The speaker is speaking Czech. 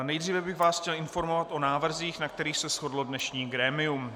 Nejdříve bych vás chtěl informovat o návrzích, na kterých se shodlo dnešní grémium.